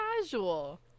Casual